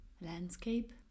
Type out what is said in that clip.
landscape